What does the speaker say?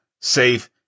safe